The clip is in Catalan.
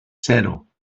zero